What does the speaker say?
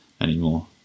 anymore